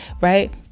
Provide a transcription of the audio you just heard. right